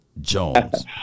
Jones